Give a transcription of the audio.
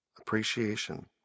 Appreciation